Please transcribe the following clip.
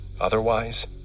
Otherwise